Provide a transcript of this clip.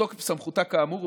בתוקף סמכותה כאמור,